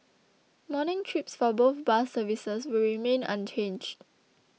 morning trips for both bus services will remain unchanged